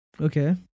Okay